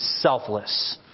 selfless